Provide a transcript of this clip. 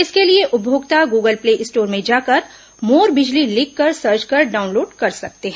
इसके लिए उपभोक्ता गूगल प्ले स्टोर में जाकर मोर बिजली लिखकर सर्च कर डाउनलोड कर सकते हैं